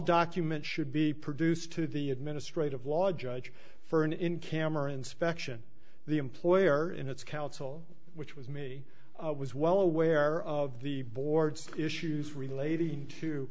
documents should be produced to the administrative law judge for an in camera inspection the employer in its counsel which was me was well aware of the board's issues relating to